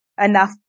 enough